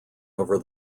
over